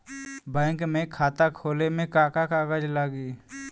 Bank में खाता खोले मे का का कागज लागी?